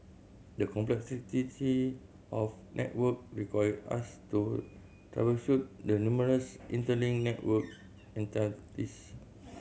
the complexity of network required us to troubleshoot the numerous interlinked network entities